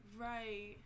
Right